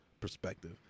perspective